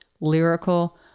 lyrical